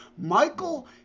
Michael